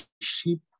sheep